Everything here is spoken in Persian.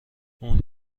اون